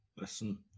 Listen